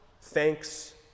thanks